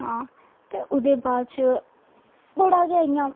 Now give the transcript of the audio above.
हां ते ओह्दै बाद च बड़ा गै इ'यां